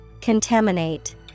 Contaminate